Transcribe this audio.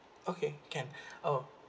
okay can oh